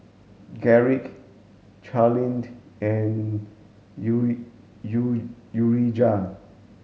Garrick Charleen and U U Urijah